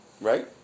right